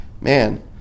man